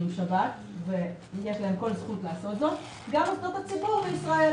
לנסוע בשבת ויש מיליונים כאלה ומנגד,